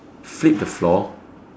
sweep the floor